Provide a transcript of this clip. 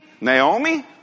Naomi